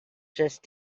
just